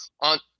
on